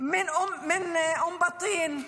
מאום בטין,